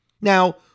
Now